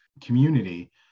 community